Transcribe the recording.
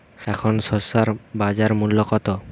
এখন শসার বাজার মূল্য কত?